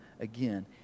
again